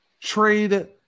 trade